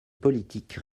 politique